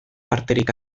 parterik